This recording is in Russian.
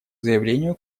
заявлению